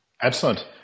Excellent